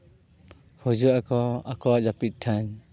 ᱠᱷᱚᱡᱚᱜᱼᱟᱠᱚ ᱟᱠᱚᱣᱟᱜ ᱡᱟᱹᱯᱤᱫ ᱴᱷᱟᱶ